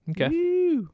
okay